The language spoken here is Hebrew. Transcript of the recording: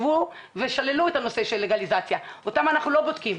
שחשבו ושללו את הנושא של לגליזציה ואותם אנחנו לא בודקים,